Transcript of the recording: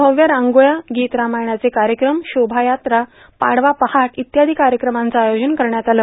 भव्य रांगोळया गीतरामायणाचे कार्यक्रम शोभायात्रा पाडवा पहाट इत्यादी कार्यक्रमांचं आयोजन करण्यात आले